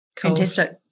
Fantastic